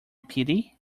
pity